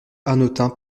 hanotin